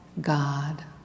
God